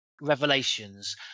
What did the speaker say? revelations